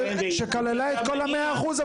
שכללה את כל המאה אחוז.